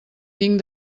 tinc